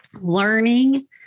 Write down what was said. learning